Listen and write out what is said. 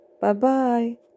Bye-bye